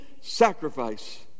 sacrifice